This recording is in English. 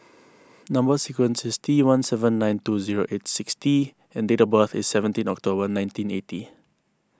Number Sequence is T one seven nine two zero eight six T and date of birth is seventeen October nineteen eighty